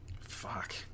Fuck